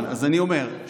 אז אני אומר,